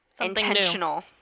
intentional